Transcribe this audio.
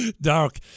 Dark